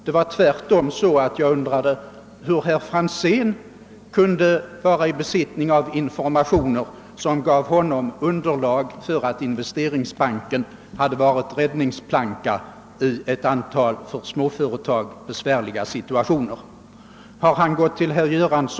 Jag undrade tvärtom hur herr Franzén i Motala kunde vara i besittning av informationer, som gav honom underlag för uttalandet, att Investeringsbanken skulle ha varit en räddningsplanka i besvärliga situationer för ett antal småföretag.